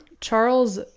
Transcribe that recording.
Charles